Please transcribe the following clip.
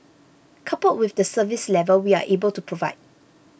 coupled with the service level we are able to provide